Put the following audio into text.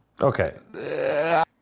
Okay